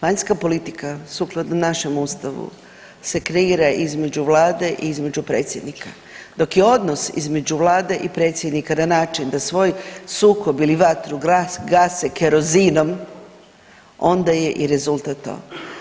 Vanjska politika sukladno našem ustavu se kreira između vlade i između predsjednika, dok je odnos između vlade i predsjednika na način da svoj sukob ili vatru gase kerozinom onda je i rezultat to.